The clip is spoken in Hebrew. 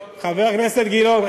חבר הכנסת גילאון,